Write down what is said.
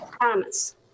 Thomas